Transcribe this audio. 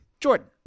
Jordan